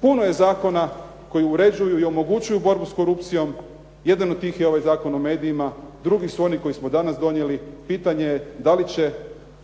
puno je zakona koji uređuju i omogućuju borbu sa korupcijom, jedan od tih je ovaj Zakon o medijima, drugi su oni koji smo danas donijeli. Pitanje je da li će